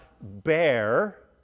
bear